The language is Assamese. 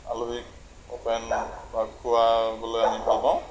আলহীক আপ্যায়ন বা খুৱাবলৈ আমি ভাল পাওঁ